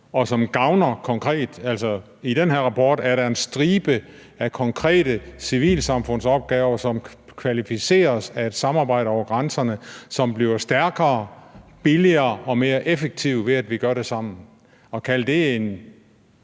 og som gavner konkret. I den her redegørelse er der en stribe af konkrete civilsamfundsopgaver, som kvalificeres af et samarbejde over grænserne, som bliver stærkere, billigere og mere effektivt, ved at vi gør det sammen.